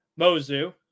Mozu